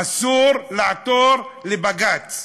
אסור לעתור לבג"ץ.